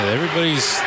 Everybody's